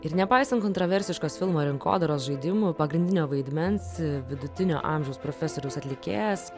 ir nepaisant kontroversiškos filmo rinkodaros žaidimų pagrindinio vaidmens vidutinio amžiaus profesoriaus atlikėjas